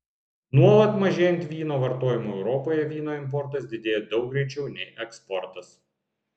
nuolat mažėjant vyno vartojimui europoje vyno importas didėja daug greičiau nei eksportas